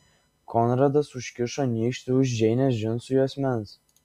konradas užkišo nykštį už džeinės džinsų juosmens